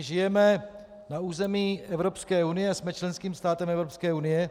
Žijeme na území Evropské unie, jsme členským státem Evropské unie.